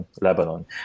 Lebanon